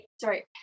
sorry